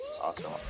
Awesome